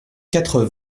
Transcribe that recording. quatre